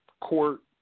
Court